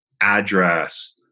address